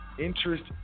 Interest